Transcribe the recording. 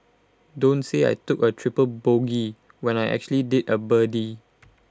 don't say I took A triple bogey when I actually did A birdie